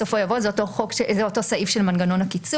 בסופו יבוא זה אותו סעיף של מנגנון הקיצור,